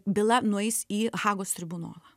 byla nueis į hagos tribunolą